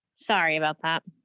sorry about that.